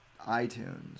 iTunes